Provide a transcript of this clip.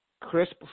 Crisp